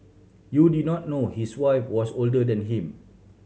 you did not know his wife was older than him